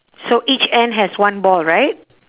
so each end has one ball right